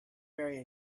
very